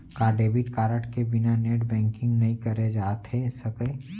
का debit card के बिना नेट बैंकिंग नई करे जाथे सके?